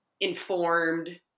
informed